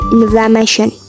inflammation